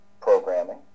programming